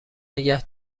نگه